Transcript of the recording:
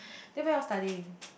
then when you all studying